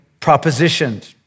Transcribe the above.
propositioned